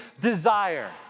desire